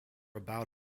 about